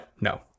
no